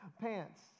pants